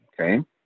okay